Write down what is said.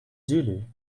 zulu